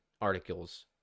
articles